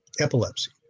epilepsy